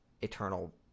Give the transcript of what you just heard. eternal